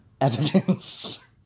evidence